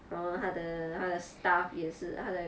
然后她的她的 staff 也是她的